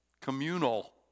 communal